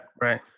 Right